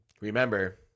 Remember